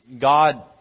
God